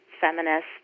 feminist